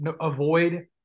Avoid